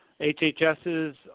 HHS's